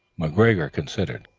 mcgregor considered.